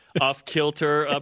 Off-kilter